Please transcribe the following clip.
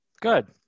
Good